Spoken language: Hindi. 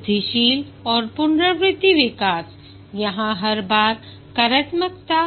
वृद्धिशील और पुनरावृत्ति विकास यहाँ हर बार कार्यात्मकता